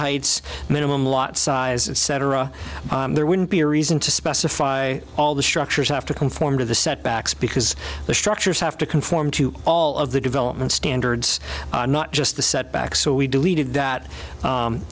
heights minimum lot size etc there wouldn't be a reason to specify all the structures have to conform to the setbacks because the structures have to conform to all of the development standards not just the setback so we deleted that